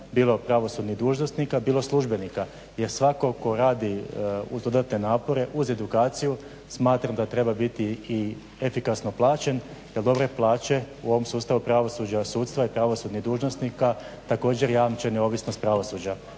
bilo pravosudnih dužnosnika, bilo službenika jer svatko tko radi uz dodatne napore uz edukaciju smatra da treba biti i efikasno plaćen da dobre plaće u ovom sustavu pravosuđa i sudstva, pravosudnih dužnosnika također jamče neovisnost pravosuđa.